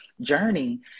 journey